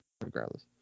regardless